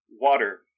water